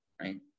right